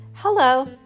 Hello